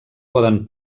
poden